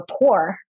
poor